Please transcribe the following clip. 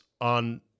on